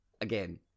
again